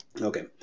Okay